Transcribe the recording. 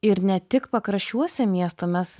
ir ne tik pakraščiuose miesto mes